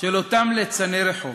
של אותם ליצני רחוב.